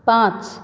पांच